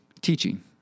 teaching